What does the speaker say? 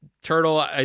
Turtle